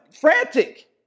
frantic